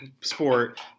sport